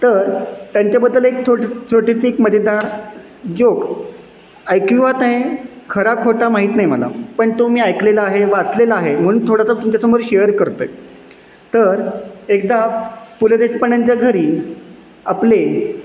तर त्यांच्याबद्दल एक छोटी छोटीशी एक मजेदार जोक ऐकिवात आहे खरा खोटा माहीत नाही मला पण तो मी ऐकलेला आहे वाचलेला आहे म्हणून थोडासा तुमच्यासमोर शेअर करतो आहे तर एकदा पु ल देशपांड्यांच्या घरी आपले